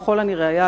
ככל הנראה,